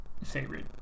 favorite